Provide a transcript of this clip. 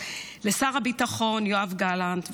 לשר הביטחון יואב גלנט,